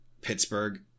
Pittsburgh